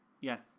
Yes